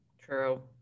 True